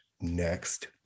next